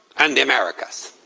and the americas.